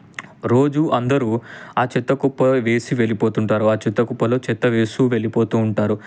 రోజూ అందరూ ఆ చెత్తకుప్ప వేసి వెళ్ళిపోతుంటారు ఆ చెత్తకుప్పలో చెత్త వేస్తూ వెళ్ళిపోతూ ఉంటారు